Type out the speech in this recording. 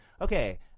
okay